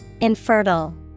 Infertile